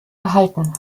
erhalten